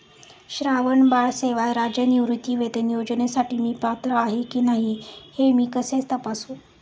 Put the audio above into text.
श्रावणबाळ सेवा राज्य निवृत्तीवेतन योजनेसाठी मी पात्र आहे की नाही हे मी कसे तपासू?